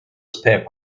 spare